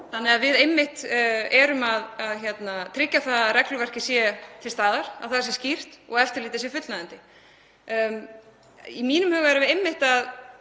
Við erum einmitt að tryggja að regluverkið sé til staðar, að það sé skýrt og eftirlitið sé fullnægjandi. Í mínum huga berum við einmitt